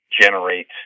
generate